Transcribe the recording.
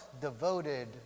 devoted